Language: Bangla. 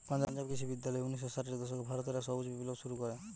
পাঞ্জাব কৃষি বিশ্ববিদ্যালয় উনিশ শ ষাটের দশকে ভারত রে সবুজ বিপ্লব শুরু করে